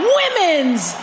women's